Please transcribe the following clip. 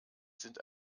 sind